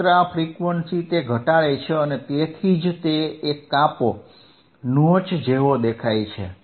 માત્ર આ ફ્રીક્વન્સી તે ઘટાડે છે અને તેથી જ તે એક કાપો જેવો દેખાય છે